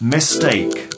Mistake